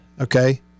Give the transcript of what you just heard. okay